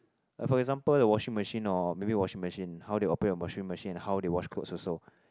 like for example the washing machine or maybe washing machine how they operate the washing machine how they wash clothes also